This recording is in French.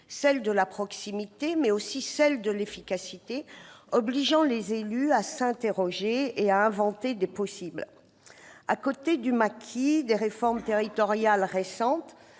celle de la proximité, mais également celle de l'efficacité, obligeant les élus à s'interroger et à inventer des possibles. À côté du maquis des réformes territoriales récentes,